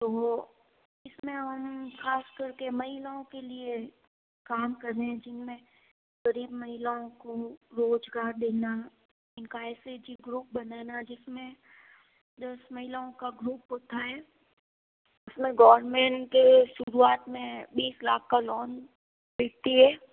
तो इस में हम ख़ास कर के महिलाओं के लिए काम करने जिन में ग़रीब महिलाओं को रोज़गार देना इनका एस ए जी ग्रुप बनाना जिस में दस महिलाओं का ग्रुप होता है जिस में गोवरमेंट के शुरूआत में बीस लाख का लोन देती है